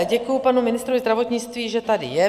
Děkuju panu ministrovi zdravotnictví, že tady je.